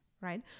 right